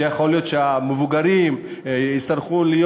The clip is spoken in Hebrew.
שיכול להיות שהמבוגרים יצטרכו להיות